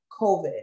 COVID